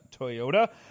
Toyota